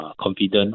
confident